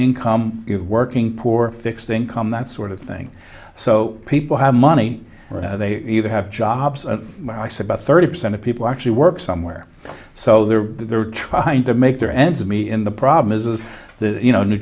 income of working poor fixed income that sort of thing so people have money they either have jobs and i say about thirty percent of people actually work somewhere so they're they're trying to make their ends of me in the problem is is that you know new